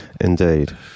Indeed